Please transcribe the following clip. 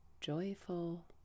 joyful